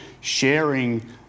sharing